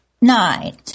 nine